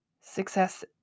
success